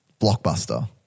Blockbuster